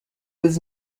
was